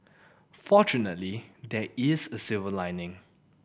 fortunately there is a silver lining